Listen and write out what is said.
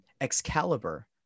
Excalibur